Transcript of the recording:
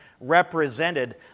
represented